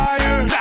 Fire